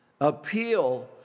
appeal